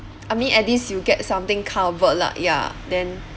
I mean at least you get something covered lah ya then